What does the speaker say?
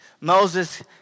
Moses